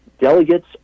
delegates